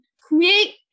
create